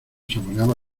saboreaba